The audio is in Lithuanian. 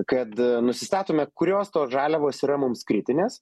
kad nusistatome kurios tos žaliavos yra mums kritinės